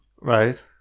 Right